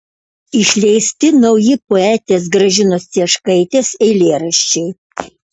išleisti nauji poetės gražinos cieškaitės eilėraščiai